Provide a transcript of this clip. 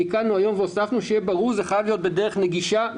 תיקנו היום והוספנו שיהיה ברור שזה חייב להיות בדרך נגישה,